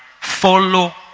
Follow